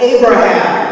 Abraham